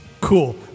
Cool